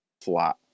flat